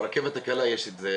ברכבת הקלה יש את זה,